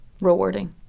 rewarding